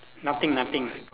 nothing nothing